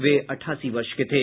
वे अठासी वर्ष के थे